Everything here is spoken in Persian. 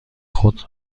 خود